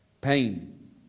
pain